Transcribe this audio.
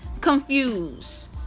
confused